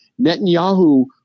Netanyahu